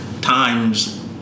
times